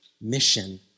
mission